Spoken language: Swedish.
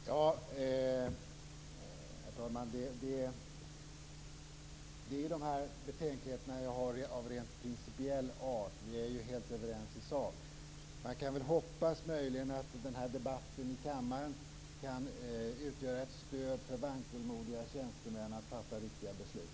Herr talman! Det beror på de betänkligheter av rent principiell art som jag har. Vi är ju helt överens i sak. Man kan möjligen hoppas att den här debatten i kammaren kan utgöra ett stöd för vankelmodiga tjänstemän att fatta riktiga beslut.